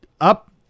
up